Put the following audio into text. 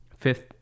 fifth